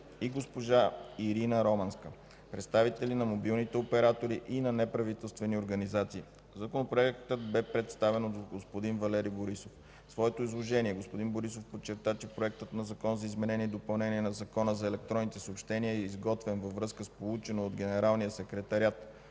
и госпожа Ирина Романска, представители на мобилните оператори и на неправителствени организации. Законопроектът бе представен от господин Валери Борисов. В своето изложение господин Борисов подчерта, че Проектът на закон за изменение и допълнение на Закона за електронните съобщения е изготвен във връзка с получено от Генералния секретариат